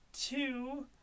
two